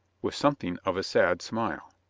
with something of a sad smile.